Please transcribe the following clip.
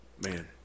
Man